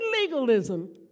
legalism